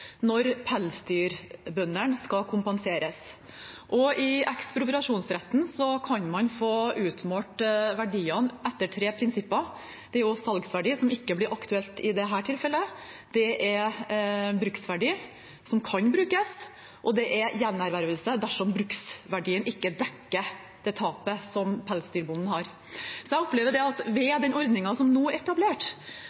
når pelsdyrbøndene skal kompenseres. I ekspropriasjonsretten kan man få utmålt verdiene etter tre prinsipper. Det er salgsverdi, som ikke blir aktuelt i dette tilfellet. Det er bruksverdi, som kan brukes. Og det er gjenervervelse, dersom bruksverdien ikke dekker det tapet som pelsdyrbonden har. Jeg opplever at ved